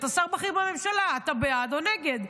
אתה שר בכיר בממשלה, אתה בעד או נגד?